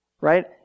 right